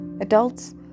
Adults